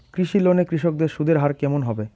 কৃষি লোন এ কৃষকদের সুদের হার কেমন হবে?